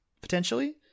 potentially